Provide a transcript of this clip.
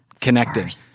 Connected